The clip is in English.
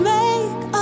make